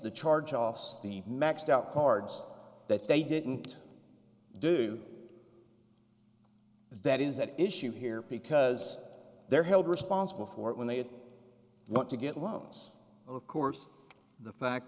the charge offs the maxed out cards that they didn't do that is at issue here because they're held responsible for it when they want to get loans of course the fact